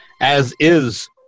as-is